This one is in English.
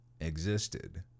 existed